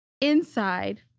inside